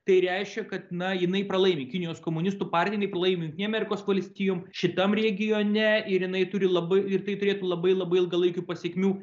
tai reiškia kad na jinai pralaimi kinijos komunistų partija jinai pralaimi jungtinėm amerikos valstijom šitam regione ir jinai turi labai ir tai turėtų labai labai ilgalaikių pasekmių